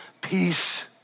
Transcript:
peace